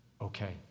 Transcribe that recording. okay